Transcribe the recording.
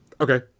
Okay